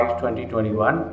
2021